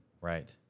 Right